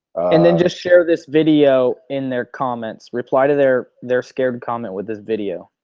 and then just share this video in their comments. reply to their their scared comment with this video.